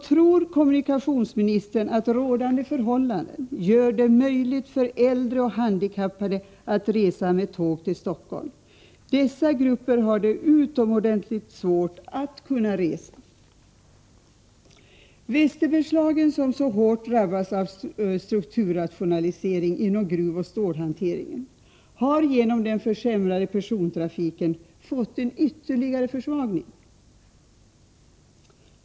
Västerbergslagen, som så hårt har drabbats av strukturrationalisering inom gruvoch stålhanteringen, har genom den försämrade persontrafiken drabbats av ytterligare en försvagning.